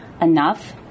enough